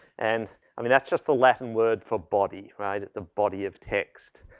and i mean that's just the latin word for body, right? it's a body of text.